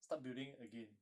start building again